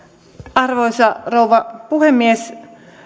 arvoisa rouva puhemies